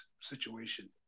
situation